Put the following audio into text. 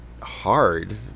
hard